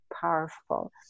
powerful